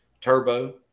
Turbo